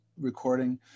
recording